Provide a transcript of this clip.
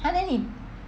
!huh! then 你